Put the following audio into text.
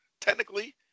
technically